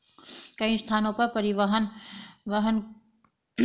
कई स्थानों पर परिवहन को सुगम बनाने हेतु पेड़ों की कटाई की जा रही है